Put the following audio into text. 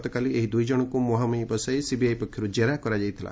ଗତକାଲି ଏହି ଦୁଇଜଣଙ୍କୁ ମୁହାଁମୁହିଁ ବସାଇ ସିବିଆଇ ପକ୍ଷରୁ ଜେରା କରାଯାଇଥିଲା